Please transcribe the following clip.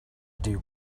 dew